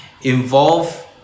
involve